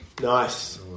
Nice